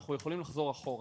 אנחנו יכולים לחזור אחורה.